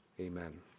Amen